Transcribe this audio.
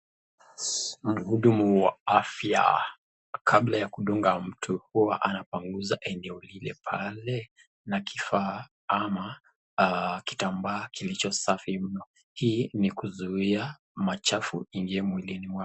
Mhudumu wa afya kabla ya kudunga mtu huwa anapangusa eneo lile pale na kifaa ama kitambaa kilicho safi mno. Hii ni kuzuia machafu iingie mwilini mwake.